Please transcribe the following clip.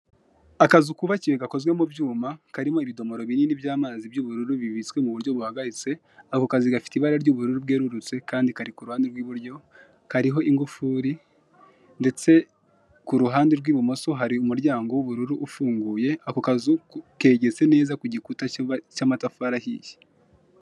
Akazu kubakiye gakoze mu byuma karimo ibidomoro binini by'amazi by'ubururu bibitswe mu buryo buhagaritse, ako kazu gafite ibara ry'ubururu bwererutse kandi kari ku ruhande rw'iburyo kariho ingufuri ndetse ku ruhande rw'ibumoso hari umuryango w'ubururu ufunguye, ako kazu kegetse neza ku gikuta cy'amatafari ahiye.